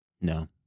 No